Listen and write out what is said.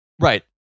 Right